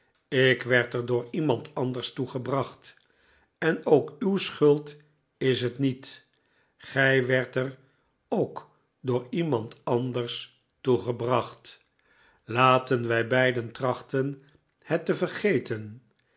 ik werd er door iemand anders toe gebracht en ook uw schuld is het niet gij werdt er ook door iemand anders toe gebracht laten wij beiden trachten het te vergeten